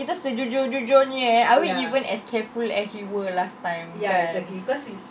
kita sejujur-jujurnya eh are we even as careful as we were las time kan